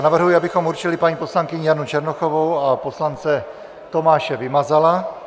Navrhuji, abychom určili paní poslankyni Janu Černochovou a poslance Tomáše Vymazala.